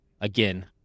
again